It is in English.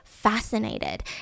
Fascinated